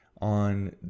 on